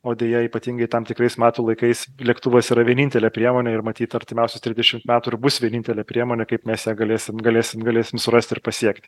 o deja ypatingai tam tikrais metų laikais lėktuvas yra vienintelė priemonė ir matyt artimiausius trisdešimt metų ir bus vienintelė priemonė kaip mes ją galėsim galėsim galėsim surasti ir pasiekti